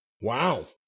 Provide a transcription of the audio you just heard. Wow